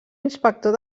inspector